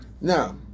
Now